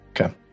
Okay